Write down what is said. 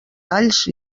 alls